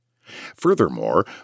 Furthermore